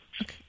Okay